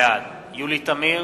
בעד יולי תמיר,